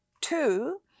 two